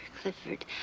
Clifford